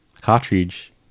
cartridge